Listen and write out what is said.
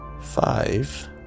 Five